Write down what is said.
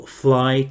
fly